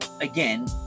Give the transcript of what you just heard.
again